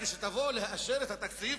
כשתבוא לאשר את התקציב,